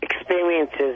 experiences